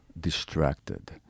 distracted